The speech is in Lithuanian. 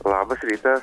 labas rytas